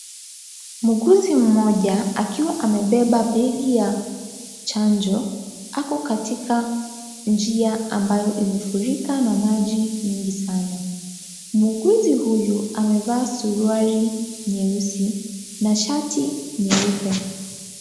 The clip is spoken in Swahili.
Muuguzi mmoja akiwa amebeba begi ya chanjo ako katika njia ambayo imefurika na maji mingi sana . Muuguzi huyu amevaa suruali nyeusi na shati nyeupe.